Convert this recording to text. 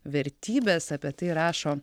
vertybės apie tai rašo